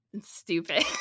stupid